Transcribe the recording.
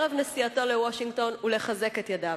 ערב נסיעתו לוושינגטון ולחזק את ידיו.